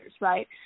right